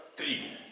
the